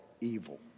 evil